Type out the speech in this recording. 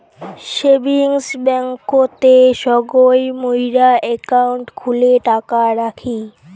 savings ব্যাংকতে সগই মুইরা একাউন্ট খুলে টাকা রাখি